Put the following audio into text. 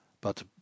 But